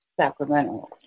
Sacramento